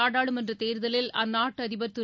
நாடாளுமன்ற தேர்தலில் அந்நாட்டு அதிபர் திரு